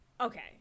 okay